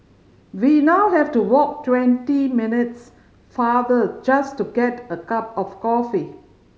we now have to walk twenty minutes farther just to get a cup of coffee